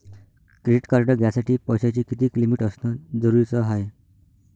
Credit card घ्यासाठी पैशाची कितीक लिमिट असनं जरुरीच हाय?